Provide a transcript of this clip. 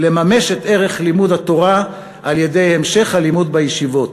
לממש את ערך לימוד התורה על-ידי המשך הלימוד בישיבות.